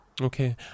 okay